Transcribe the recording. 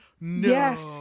yes